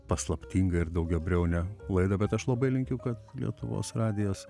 paslaptingą ir daugiabriaunę laidą bet aš labai linkiu kad lietuvos radijas